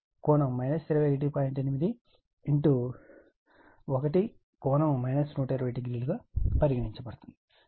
80 1 1200గా పరిగణించబడుతుంది